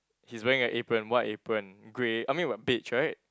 he's wearing a apron white apron grey I mean b~ beige right